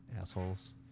Assholes